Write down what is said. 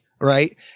right